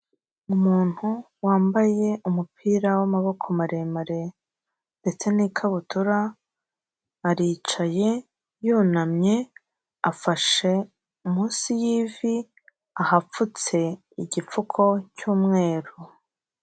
Umuntu wambaye umupira w'amaboko maremare ndetse n'ikabutura, aricaye yunamye afashe munsi y'ivi ahapfutse igipfuko cy'umweru.